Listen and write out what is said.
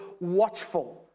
watchful